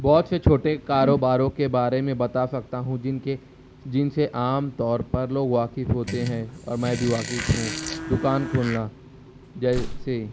بہت سے چھوٹے کاروباروں کے بارے میں بتا سکتا ہوں جن کی جن سے عام طور پر لوگ واقف ہوتے ہیں اور میں بھی واقف ہوں دکان کھولنا جیسے